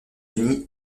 unis